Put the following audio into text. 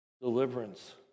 deliverance